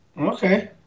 Okay